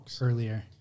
earlier